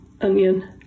Onion